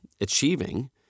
achieving